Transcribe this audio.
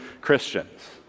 Christians